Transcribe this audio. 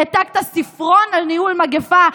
העתקת ספרון על ניהול מגפה,